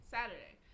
Saturday